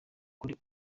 kuri